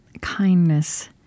Kindness